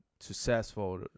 successful